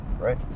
right